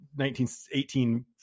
1918